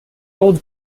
old